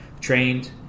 trained